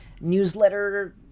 newsletter